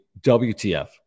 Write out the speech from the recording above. WTF